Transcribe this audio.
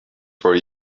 for